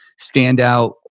standout